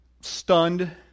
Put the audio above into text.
stunned